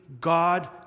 God